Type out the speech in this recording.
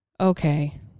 Okay